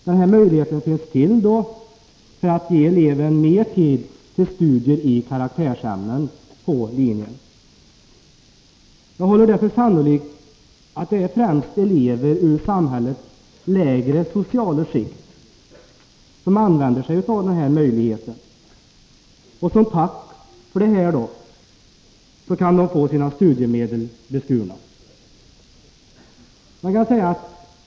Denna möjlighet finns till för att ge eleven mer tid till studier i utbildningens karaktärsämnen. Jag håller det för sannolikt att det är främst elever ur samhällets lägre sociala skikt som använder sig av denna möjlighet. Som tack för det kan de då få sina studiemedel beskurna!